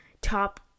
top